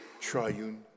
triune